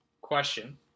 Question